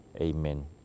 Amen